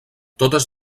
totes